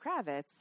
Kravitz